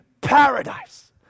paradise